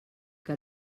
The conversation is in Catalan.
que